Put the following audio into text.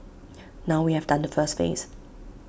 now we have done the first phase